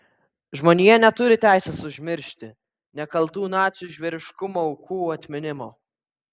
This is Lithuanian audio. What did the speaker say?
žmonija neturi teisės užmiršti nekaltų nacių žvėriškumo aukų atminimo